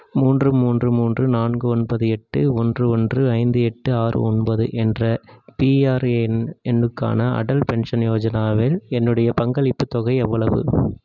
மூன்று மூன்று மூன்று நான்கு ஒன்பது எட்டு ஒன்று ஒன்று ஐந்து எட்டு ஆறு ஒன்பது என்ற பிஆர்ஏஎன் எண்ணுக்கான அடல்ட் பென்ஷன் யோஜனாவில் என்னுடைய பங்களிப்பு தொகை எவ்வளவு